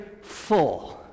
full